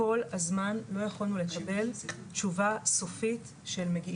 כל הזמן לא יכולנו לקבל תשובה סופית של ---.